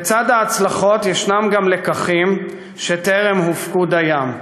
לצד ההצלחות ישנם גם לקחים שטרם הופקו דיים.